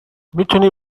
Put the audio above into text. میتونی